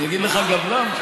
אני אגיד לך גם למה.